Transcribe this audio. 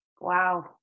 wow